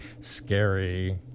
scary